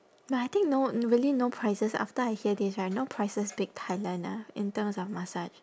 but I think no really no prices after I hear this right no prices beat thailand ah in terms of massage